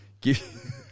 Give